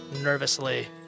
nervously